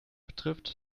betrifft